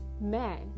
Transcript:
man